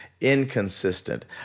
inconsistent